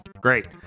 great